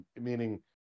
meaning